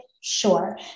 sure